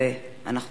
אנחנו מצביעים.